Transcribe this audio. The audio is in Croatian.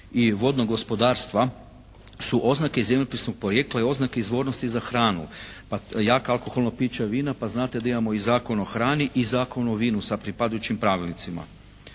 i vodnog gospodarstva su oznake iz zemljopisnog porijekla i oznake izvornosti za hranu, jako alkoholno piće vina, pa znate da imamo i Zakon o hrani i Zakon o vinu sa pripadajućim pravilnicima.